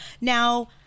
Now